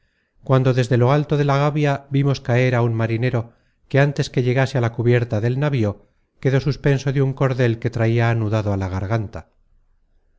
cuando desde lo alto de la gavia vimos caer á un marinero que antes que llegase á la cubierta del navío quedó suspenso de un cordel que traia anudado á la garganta